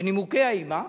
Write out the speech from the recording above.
ונימוקיה עמה,